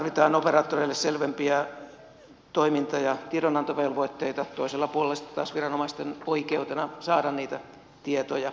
tarvitaan operaattoreille selvempiä toiminta ja tiedonantovelvoitteita toisella puolella sitten taas viranomaisille oikeus saada niitä tietoja